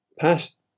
Past